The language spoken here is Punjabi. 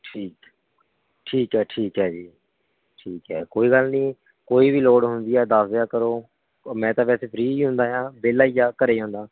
ਠੀਕ ਠੀਕ ਹੈ ਠੀਕ ਹੈ ਜੀ ਠੀਕ ਹੈ ਕੋਈ ਗੱਲ ਨਹੀਂ ਕੋਈ ਵੀ ਲੋੜ ਹੁੰਦੀ ਹੈ ਦੱਸ ਦਿਆ ਕਰੋ ਮੈਂ ਤਾਂ ਵੈਸੇ ਫ੍ਰੀ ਹੀ ਹੁੰਦਾ ਹਾਂ ਵਿਹਲਾ ਹੀ ਹਾਂ ਘਰ ਹੀ ਹੁੰਦਾ